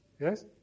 Yes